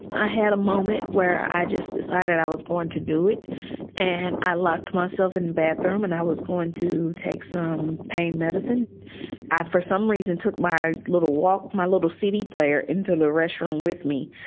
i had a moment where i just decided i was born to do it and i locked myself in the bathroom and i was going to take some pain medicine and for some reason took my little walk my little c d player into the restroom with me.